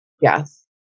Yes